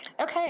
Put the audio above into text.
Okay